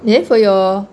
then for your